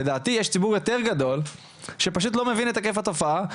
לדעתי יש ציבור יותר גדול שפשוט לא מבין את היקף התופעה,